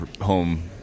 home